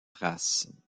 traces